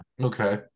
okay